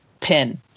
pin